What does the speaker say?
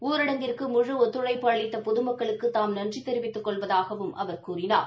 ஊரடங்கிற்கு முழு ஒத்துழைப்பு அளித்த பொதுமக்களுக்கு தாம் நன்றி தெரிவித்துக் கொள்வதாகவும் அவர் தெரிவித்தார்